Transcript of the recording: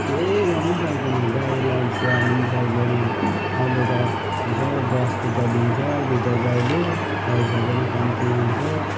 केही गर्नु पनि सक्दैन गाईलाई स्याहार्नु पनि सक्दैन अहिले त बिचारा दस लिटर दिन्छ दुईटा गाईले पैसा पनि कम्ती आउँछ